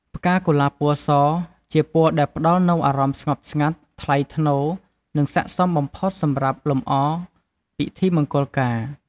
ផ្កាកុលាបពណ៌ស ជាពណ៌ដែលផ្តល់នូវអារម្មណ៍ស្ងប់ស្ងាត់ ថ្លៃថ្នូរ និងស័ក្តិសមបំផុតសម្រាប់លំអពិធីមង្គលការ។